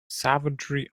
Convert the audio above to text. savagery